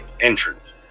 entrance